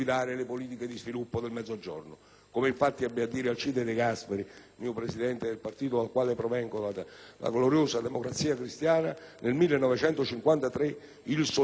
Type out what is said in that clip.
Come, infatti, ebbe a dire Alcide De Gasperi (presidente del partito dal quale provengo, la gloriosa Democrazia cristiana) nel 1953: «Il solidarismo è quel sistema sociale